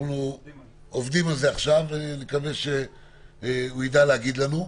אנחנו עובדים על זה עכשיו ונקווה שהוא יידע להגיד לנו.